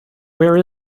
where